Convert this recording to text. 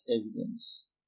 evidence